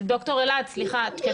אנחנו